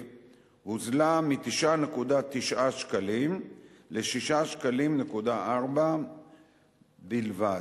הוזלה מ-9.9 שקלים ל-6.4 שקלים בלבד,